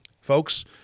Folks